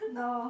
no